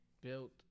built